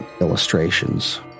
illustrations